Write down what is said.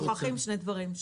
אתם שוכחים שני דברים,